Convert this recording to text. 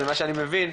אבל ממה שאני מבין,